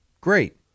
Great